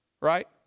Right